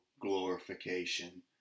glorification